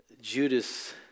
Judas